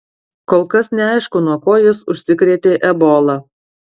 kol kas neaišku nuo ko jis užsikrėtė ebola